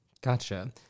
Gotcha